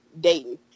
dating